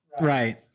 right